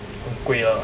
很贵 lah